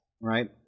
right